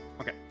okay